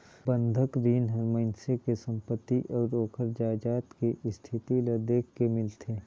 बंधक रीन हर मइनसे के संपति अउ ओखर जायदाद के इस्थिति ल देख के मिलथे